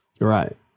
Right